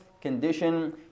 condition